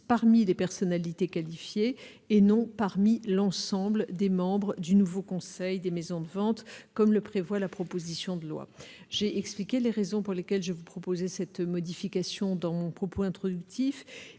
parmi les personnalités qualifiées et non parmi l'ensemble des membres du nouveau Conseil des maisons de vente, comme le prévoit la proposition de loi j'ai expliqué les raisons pour lesquelles je vous proposer cette modification dans mon propos introductif,